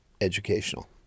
educational